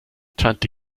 tante